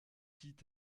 dit